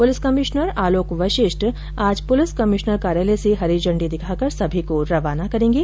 police commissioner Alok Vashishtha आज police commissioner कार्यालय से हरी झण्डी दिखाकर सभी को रवाना करेंगे